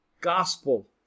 gospel